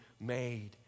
made